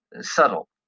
subtle